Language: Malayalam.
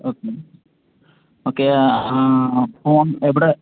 ഓക്കെ ഓക്കെ ആ ഫോൺ എവിടെ